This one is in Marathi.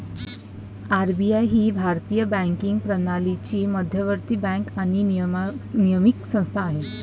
आर.बी.आय ही भारतीय बँकिंग प्रणालीची मध्यवर्ती बँक आणि नियामक संस्था आहे